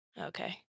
Okay